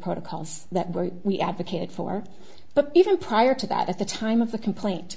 protocols that we advocated for but even prior to that at the time of the complaint